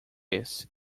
esse